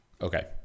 Okay